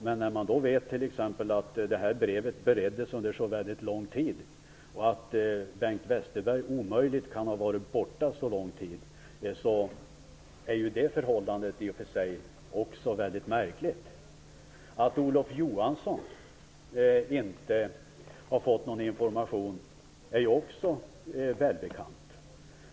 Men man vet att brevet förbereddes under mycket lång tid, och Bengt Westerberg kan omöjligt ha varit borta så lång tid. Också det förhållandet är mycket märkligt. Att inte heller Olof Johansson har fått någon information är också välbekant.